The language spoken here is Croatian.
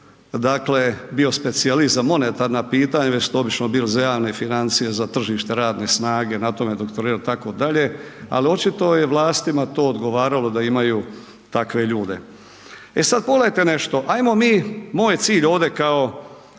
dakle bio specijalist za monetarna pitanja već su to obično bili za javne financije, za tržište radne snage, na tome doktorirao itd., ali očito je vlastima to odgovaralo da imaju takve ljude. E sad pogledajte nešto, ajmo mi, moj je cilj ovdje kao